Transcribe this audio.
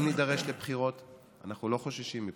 אם נידרש לבחירות אנחנו לא חוששים מבחירות.